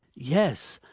yes,